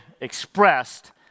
expressed